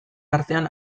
artean